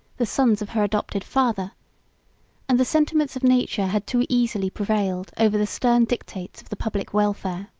the sons of her adopted father and the sentiments of nature had too easily prevailed over the stern dictates of the public welfare.